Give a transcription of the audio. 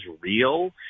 real